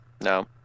No